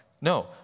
No